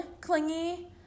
clingy